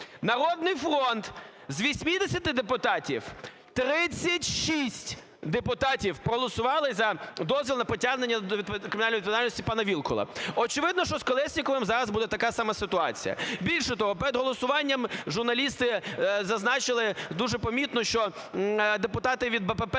"Народний фронт": з 80 депутатів 36 депутатів проголосували за дозвіл на притягнення до кримінальної відповідальності пана Вілкула. Очевидно, що з Колєсніковим зараз буде така сама ситуація. Більше того, перед голосуванням журналісти зазначили: дуже помітно, що депутати від БПП